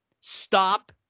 Stop